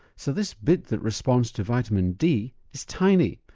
so this bit that responds to vitamin d is tiny.